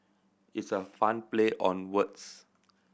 it's a fun play on words